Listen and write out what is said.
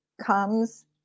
comes